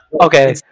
okay